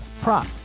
prop